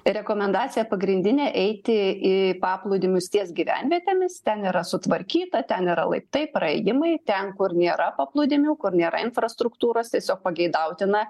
rekomendacija pagrindinė eiti į paplūdimius ties gyvenvietėmis ten yra sutvarkyta ten yra laiptai praėjimai ten kur nėra paplūdimių kur nėra infrastruktūros tiesiog pageidautina